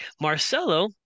Marcelo